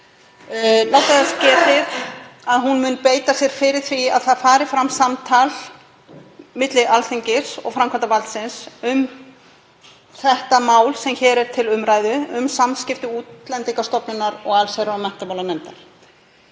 láta þess getið að hún mun beita sér fyrir því að það fari fram samtal milli Alþingis og framkvæmdarvaldsins um það mál sem hér er til umræðu, um samskipti Útlendingastofnunar og allsherjar- og menntamálanefndar.